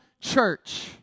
church